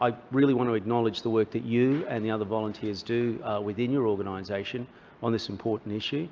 i really want to acknowledge the work that you and the other volunteers do within your organisation on this important issue,